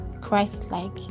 Christ-like